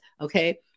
Okay